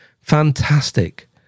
fantastic